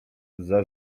zza